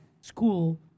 school